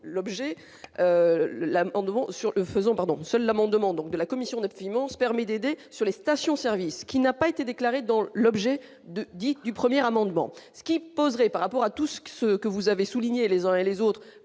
l'objet l'âme 2 sur le faisons pardon, seul l'amendement, donc de la commission d'immense permet d'aider sur les. Stations-service qui n'a pas été déclarés dans l'objet de du 1er amendement, ce qui poserait par rapport à tout ce que ce que vous avez souligné les uns et les autres,